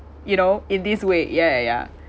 you know in this way ya ya ya